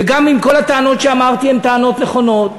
וגם אם כל הטענות שאמרתי הן טענות נכונות.